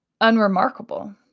unremarkable